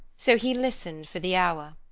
so he listened for the hour.